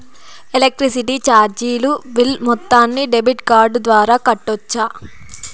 Electricity చార్జీలు bill మొత్తాన్ని debit card ద్వారా కట్టొచ్చా?